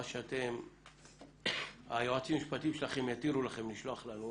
מה שהיועצים המשפטים שלכם יתירו לכם לשלוח לנו,